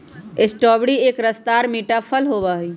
strawberry एक रसदार मीठा फल होबा हई